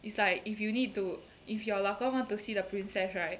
it's like if you need to if your 老公 want to see the princess right